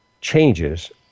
changes –